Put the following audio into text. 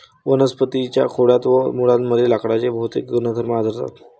वनस्पतीं च्या खोडात व मुळांमध्ये लाकडाचे भौतिक गुणधर्म आढळतात